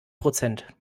prozent